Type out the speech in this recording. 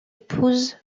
épouse